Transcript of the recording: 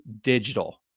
digital